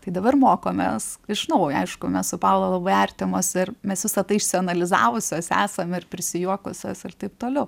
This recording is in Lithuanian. tai dabar mokomės iš naujo aišku mes su paula labai artimos ir mes visa tai išsianalizavusios esam ir prisijuokusios ir taip toliau